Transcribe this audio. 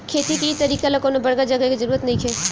खेती के इ तरीका ला कवनो बड़का जगह के जरुरत नइखे